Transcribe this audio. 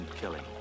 killing